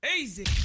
Easy